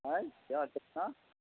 ایں کیا کتنا